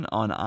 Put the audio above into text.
on